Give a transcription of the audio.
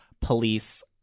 police